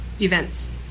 events